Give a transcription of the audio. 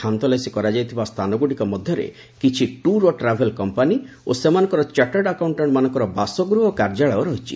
ଖାନତଲାସୀ କରାଯାଇଥିବା ସ୍ଥାନଗୁଡ଼ିକ ମଧ୍ୟରେ କିଛି ଟୁର୍ ଓ ଟ୍ରାଭେଲ୍ କମ୍ପାନୀ ଏବଂ ସେମାନଙ୍କର ଚାଟାର୍ଡ ଆକାଉଟାଣ୍ଟମାନଙ୍କର ବାସଗୃହ ଓ କାର୍ଯ୍ୟାଳୟ ରହିଛି